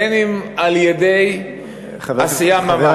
בין אם על-ידי עשייה ממש,